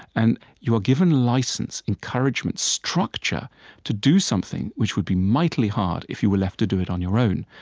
and you are given license, encouragement, structure to do something which would be mightily hard if you were left to do it on your own,